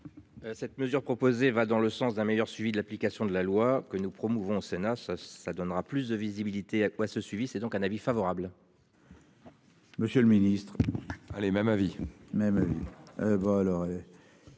Cette mesure proposée va dans le sens d'un meilleur suivi de l'application de la loi que nous promouvons, ça ça donnera plus de visibilité à quoi ce suivi. C'est donc un avis favorable. Monsieur le Ministre, allez même avis